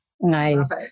Nice